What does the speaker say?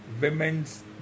women's